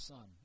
Son